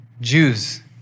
Jews